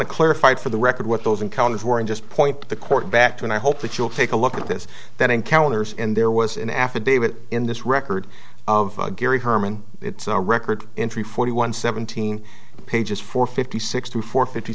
to clarify for the record what those encounters were and just point the court back to and i hope that you'll take a look at this then encounters and there was an affidavit in this record of gary hermann it's a record in three forty one seventeen pages four fifty six to four fifty